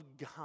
God